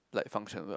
like function well